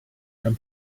from